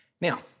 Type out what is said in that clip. Now